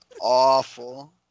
awful